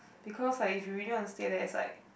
because like if you really want to stay there is like